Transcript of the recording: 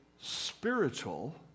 spiritual